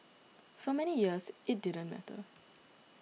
for many years it didn't matter